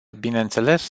bineînțeles